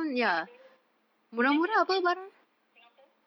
city square mall isn't that in singapore